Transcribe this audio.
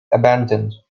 abandoned